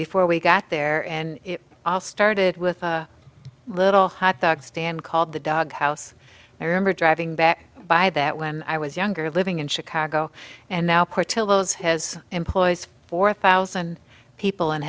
before we got there and it all started with a little hot dog stand called the dog house i remember driving back by that when i was younger living in chicago and now portillo's has employs four thousand people